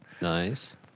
Nice